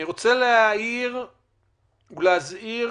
אני רוצה להעיר ולהזהיר